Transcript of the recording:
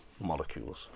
Molecules